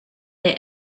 their